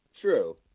True